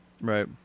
Right